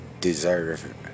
deserve